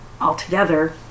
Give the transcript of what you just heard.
altogether